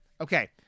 okay